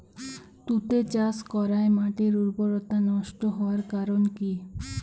তুতে চাষ করাই মাটির উর্বরতা নষ্ট হওয়ার কারণ কি?